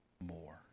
more